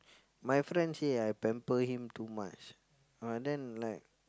my friend say I pamper him too much but then like